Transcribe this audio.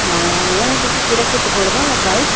ହଁ ଏଟା କେତେ ପଡ଼ିବ ୟା ପ୍ରାଇସ୍